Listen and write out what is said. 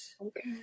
Okay